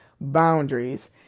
boundaries